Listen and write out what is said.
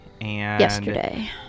Yesterday